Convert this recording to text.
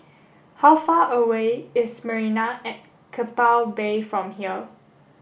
how far away is Marina at Keppel Bay from here